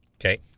Okay